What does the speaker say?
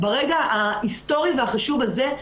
ברגע ההיסטורי והחשוב הזה,